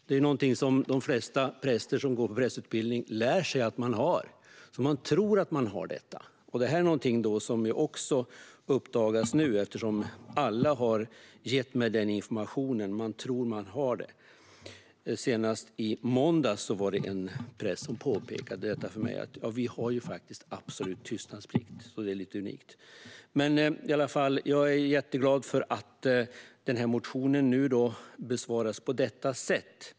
Det är någonting som de flesta som går prästutbildningen lär sig att de har. De tror att de har det. Detta är någonting som också uppdagas nu, eftersom alla har gett mig den informationen. Man tror att man har en sådan tystnadsplikt. Senast i måndags var det en präst som påpekade detta för mig: Vi har faktiskt absolut tystnadsplikt. Det är lite unikt. Men jag är i alla fall jätteglad för att motionen besvaras på detta sätt.